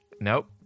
Nope